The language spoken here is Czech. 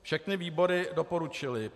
a) všechny výbory doporučily